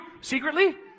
secretly